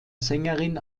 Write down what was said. sängerin